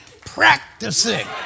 practicing